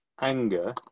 anger